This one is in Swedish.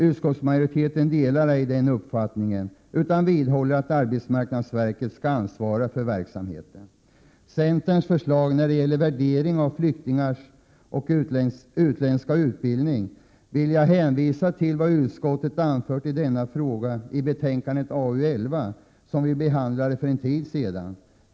Utskottsmajoriteten delar ej den uppfattningen, utan vidhåller att arbetsmarknadsverket skall ansvara för verksamheten. Beträffande centerns förslag i fråga om värderingen av flyktingars utländska utbildning vill jag hänvisa till vad utskottet anfört i denna fråga i betänkande AU 11 som vi behandlade för en tid sedan.